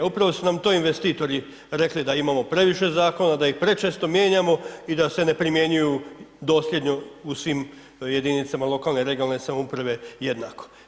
Upravo su nam to investitori rekli da imamo previše zakona, da ih prečesto mijenjamo i da se ne primjenjuju dosljedno u svim jedinicama lokalne i regionalne samouprave jednako.